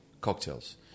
cocktails